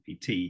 PT